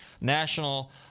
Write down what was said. national